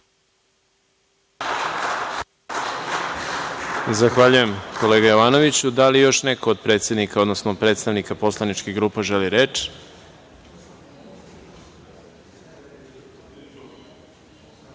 Zahvaljujem kolega Jovanoviću. Da li još neko od predsednika, odnosno od predstavnika poslaničkih grupa želi reč? Reč